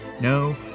No